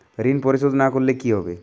ঋণ পরিশোধ না করলে কি হবে?